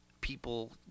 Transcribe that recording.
people